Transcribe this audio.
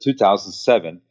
2007